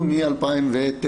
אנחנו מ-2009.